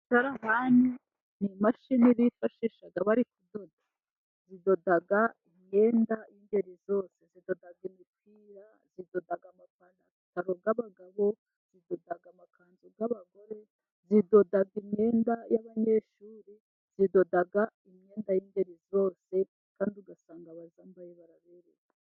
Icyarahani ni imashini bifashisha bari kudoda, zidoda imyenda y'ingeri zose. Zidoda imipira, zidodaga amapantaro y'abagabo, zidoda amakanzu y'abagore, zidoda imyenda y'abanyeshuri, zidoda imyenda y'ingeri zose, kandi ugasanga abazambaye baraberewe.